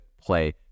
play